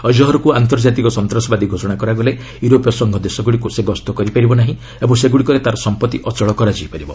ଅଜ୍ହର୍କୁ ଆନ୍ତର୍ଜାତିକ ସନ୍ତାସବାଦୀ ଘୋଷଣା କରାଗଲେ ୟୁରୋପୀୟ ସଂଘ ଦେଶଗୁଡ଼ିକୁ ସେ ଗସ୍ତ କରିପାରିବ ନାହିଁ ଓ ସେଗୁଡ଼ିକରେ ତା'ର ସମ୍ପତ୍ତି ଅଚଳ କରାଯାଇପାରିବ